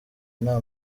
nta